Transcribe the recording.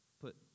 put